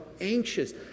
anxious